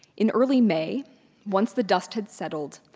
in early may once the dust had settled,